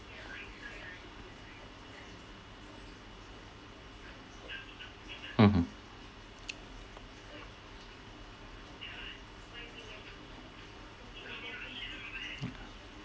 mmhmm